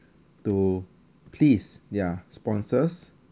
to please ya sponsors